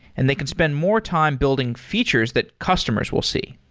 and they can spend more time building features that customers will see.